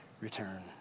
return